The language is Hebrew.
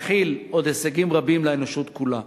להנחיל עוד הישגים רבים לאנושות כולה.